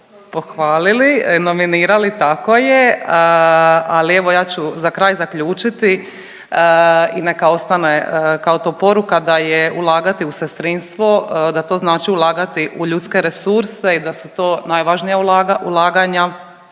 razumije./…nominirali, tako je, ali evo ja ću za kraj zaključiti i neka ostane kao to poruka da je ulagati u sestrinstvo, da to znači ulagati u ljudske resurse i da su to najvažnija ulaganja